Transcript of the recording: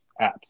apps